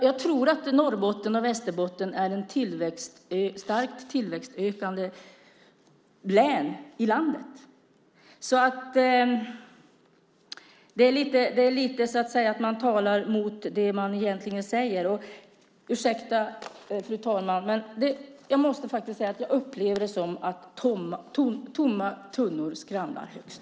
Jag tror att Norrbotten och Västerbotten är de län i landet där tillväxten ökar mest. Man talar lite emot det man egentligen säger. Ursäkta, fru talman, men jag måste säga att jag upplever det som om tomma tunnor skramlar mest.